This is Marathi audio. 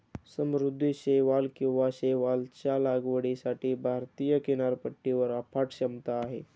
समुद्री शैवाल किंवा शैवालच्या लागवडीसाठी भारतीय किनारपट्टीवर अफाट क्षमता आहे